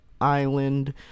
island